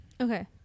Okay